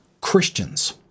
Christians